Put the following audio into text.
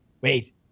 wait